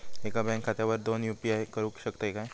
एका बँक खात्यावर दोन यू.पी.आय करुक शकतय काय?